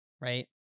right